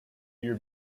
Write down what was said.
your